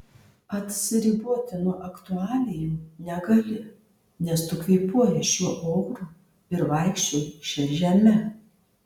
atsiriboti nuo aktualijų negali nes tu kvėpuoji šiuo oru ir vaikščioji šia žeme